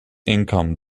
income